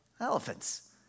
Elephants